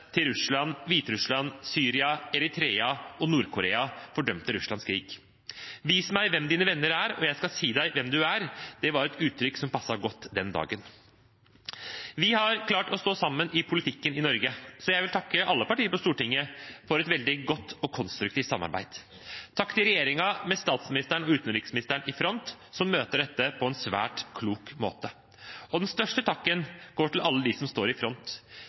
til Russland, Hviterussland, Syria, Eritrea og Nord-Korea – fordømte Russlands krig. Vis meg hvem dine venner er, og jeg skal si deg hvem du er, var et uttrykk som passet godt den dagen. Vi har klart å stå sammen i politikken i Norge, så jeg vil takke alle partier på Stortinget for et veldig godt og konstruktivt samarbeid. Takk til regjeringen med, statsministeren og utenriksministeren i front, som møter dette på en svært klok måte. Den største takken går til alle de som står i front